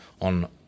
on